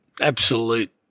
absolute